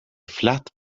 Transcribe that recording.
flat